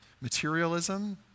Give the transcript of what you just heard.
materialism